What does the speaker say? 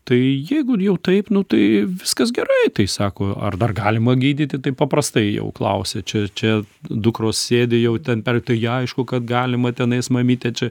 tai jeigu jau taip nu tai viskas gerai tai sako ar dar galima gydyti taip paprastai jau klausia čia čia dukros sėdi jau ten tai aišku kad galima tenais mamyte čia